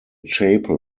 chapel